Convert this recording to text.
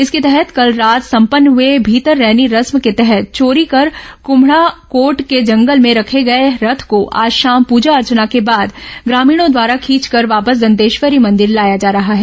इसके तहत कल रात संपन्न हुए भीतर रैनी रस्म के तहत चोरी कर कृम्हड़ाकोट के जंगल में रखे गए रथ को आज शाम पूजा अर्चना के बाद ग्रामीणों द्वारा खींचकर वापस दंतेश्वरी मंदिर लाया जा रहा है